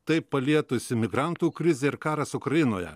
taip palietusi migrantų krizė ir karas ukrainoje